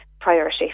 priority